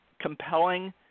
compelling